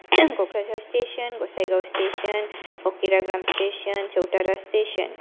Kokrajhar station Gossaigaon station Fakiragram station Sautara station